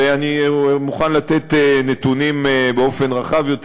ואני מוכן לתת נתונים באופן רחב יותר,